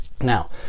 now